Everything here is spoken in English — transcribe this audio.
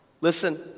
listen